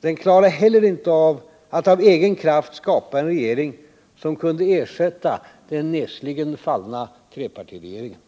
Den klarade inte heller att av egen kraft skapa en regering som kunde ersätta den nesligen fallna trepartiregeringen.